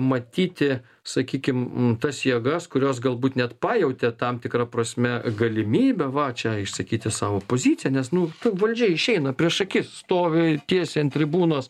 matyti sakykim tas jėgas kurios galbūt net pajautė tam tikra prasme galimybę va čia išsakyti savo poziciją nes nu ta valdžia išeina prieš akis stovi tiesiai ant tribūnos